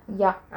ya